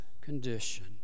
condition